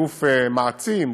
גוף מעצים,